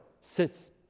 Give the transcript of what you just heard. sits